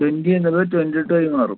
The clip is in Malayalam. റ്റൊൻന്റി എന്നത് റ്റൊന്റിറ്റു ആയി മാറും